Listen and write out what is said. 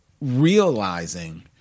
realizing